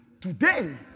today